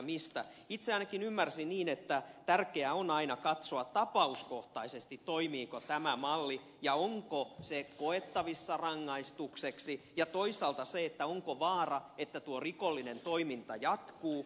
itse ainakin ymmärsin niin että tärkeää on aina katsoa tapauskohtaisesti toimiiko tämä malli ja onko se koettavissa rangaistukseksi ja toisaalta se onko vaara että tuo rikollinen toiminta jatkuu